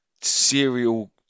serial